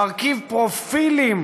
מרכיב פרופילים